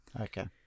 Okay